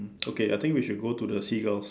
okay I think we should go to the seagulls